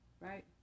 right